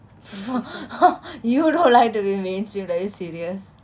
you don't like to be mainstream are you serious